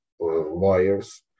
lawyers